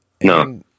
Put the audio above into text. No